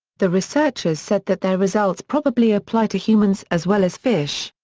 the researchers said that their results probably apply to humans as well as fish.